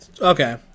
Okay